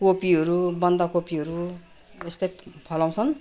कोपीहरू बन्दकोपीहरू यस्तै फलाउँछन्